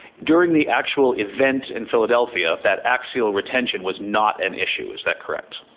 during the actual event in philadelphia, that axial retention was not an issue, is that correct?